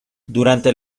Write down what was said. durante